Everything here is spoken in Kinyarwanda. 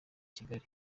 kigali